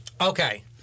okay